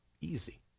easy